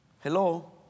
Hello